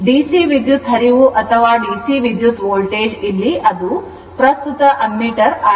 DC ವಿದ್ಯುತ್ ಹರಿವು ಅಥವಾ ಡಿಸಿ voltage ಇಲ್ಲಿ ಅದು ಪ್ರಸ್ತುತ ammeter ಆಗಿದೆ